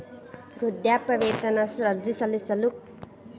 ವೃದ್ಧಾಪ್ಯವೇತನ ಅರ್ಜಿ ಸಲ್ಲಿಸಲು ಕನಿಷ್ಟ ಎಷ್ಟು ವಯಸ್ಸಿರಬೇಕ್ರಿ?